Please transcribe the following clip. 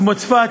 כמו צפת,